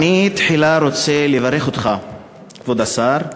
תחילה אני רוצה לברך אותך, כבוד השר.